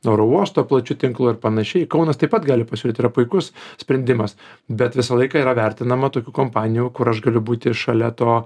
nuo oro uosto plačiu tinklu ir panašiai kaunas taip pat gali pasiūlyt yra puikus sprendimas bet visą laiką yra vertinama tokių kompanijų kur aš galiu būti šalia to